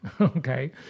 okay